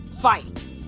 fight